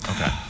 Okay